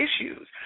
issues